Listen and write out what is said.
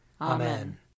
Amen